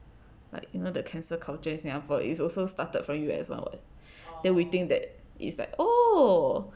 like you know the cancel culture in singapore is also started from U_S [one] [what] then we think that it's like oh